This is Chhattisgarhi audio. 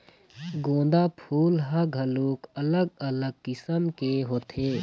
गोंदा फूल ह घलोक अलग अलग किसम के होथे